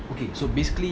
okay so basically